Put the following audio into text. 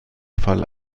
fall